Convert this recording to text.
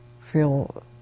feel